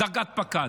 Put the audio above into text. דרגת פקד.